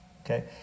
okay